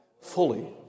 Fully